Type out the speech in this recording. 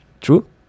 true